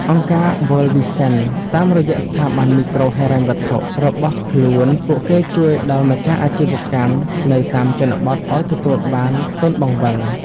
អង្គការ World Vision តាមរយៈស្ថាប័នមីក្រូហិរញ្ញវត្ថុរបស់ខ្លួន ពួកគេជួយដល់ម្ចាស់អាជីវកម្មនៅតាមជនបទឱ្យទទួលបាន "ទុនបង្វិល"។